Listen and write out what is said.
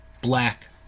black